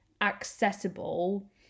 accessible